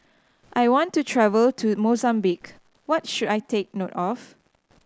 I want to travel to Mozambique what should I take note of